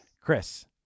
Chris